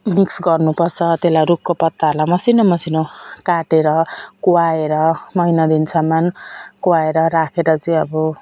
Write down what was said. mix गर्नु पर्छ त्यसलाई रुखको पत्ताहरूलाई मसिनो मसिनो काटेर कुहाएर महिना दिनसम्म कुहाएर राखेर चाहिँ अब